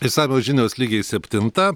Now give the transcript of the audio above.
išsamios žinios lygiai septintą